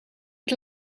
het